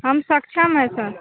हम सक्षम है सर